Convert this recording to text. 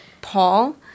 Paul